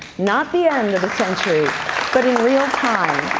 not the end of the century, but in real time.